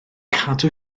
cadw